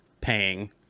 paying